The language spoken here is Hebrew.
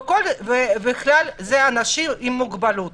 ובכלל זה אנשים עם מוגבלות,